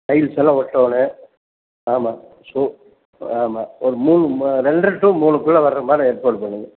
டைல்ஸ்ஸெல்லாம் ஒட்டணும் ஆமாம் ஸோ ஆமாம் ஒரு மூணு ம ரெண்ட்ரை டு மூணுக்குள்ளே வர்ற மாதிரி ஏற்பாடு பண்ணுங்க